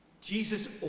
Jesus